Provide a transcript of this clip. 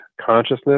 consciousness